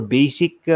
basic